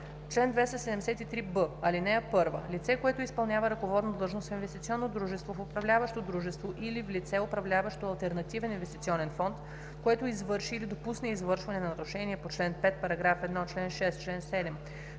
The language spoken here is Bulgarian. „Чл. 273б. (1) Лице, което изпълнява ръководна длъжност в инвестиционно дружество, в управляващо дружество или в лице, управляващо алтернативен инвестиционен фонд, което извърши или допусне извършване на нарушение на чл. 5, параграф 1, чл. 6, чл. 7,